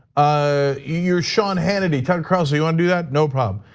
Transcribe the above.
ah you're sean hannity, tucker carlson, you wanna do that, no problem.